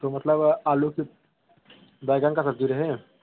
तो मतलब आलू की बैंगन कइ सब्ज़ी रहे